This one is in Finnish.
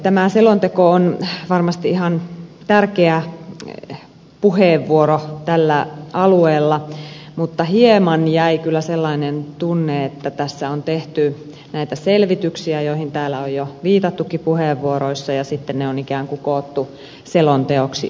tämä selonteko on varmasti ihan tärkeä puheenvuoro tällä alueella mutta hieman jäi kyllä sellainen tunne että tässä on tehty näitä selvityksiä joihin täällä on jo viitattukin puheenvuoroissa ja sitten ne on ikään kuin koottu selonteoksi yhteen